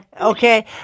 okay